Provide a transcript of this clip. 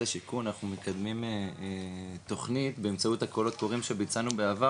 השיכון אנחנו מקדמים תוכנית באמצעות ה"קולות הקוראים" שביצענו בעבר